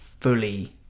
fully